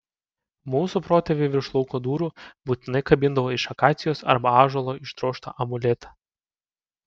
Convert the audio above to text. mūsų protėviai virš lauko durų būtinai kabindavo iš akacijos arba ąžuolo išdrožtą amuletą